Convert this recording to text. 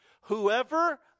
Whoever